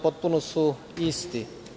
Potpuno su isti.